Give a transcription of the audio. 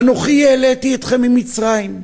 אנוכי העליתי אתכם ממצרים